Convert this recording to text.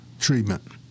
treatment